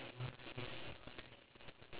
is it body language